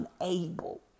unable